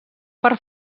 per